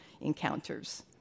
encounters